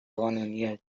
قانونیه